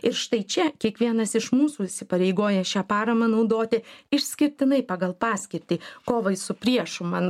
ir štai čia kiekvienas iš mūsų įsipareigoja šią paramą naudoti išskirtinai pagal paskirtį kovai su priešu man